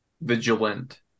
vigilant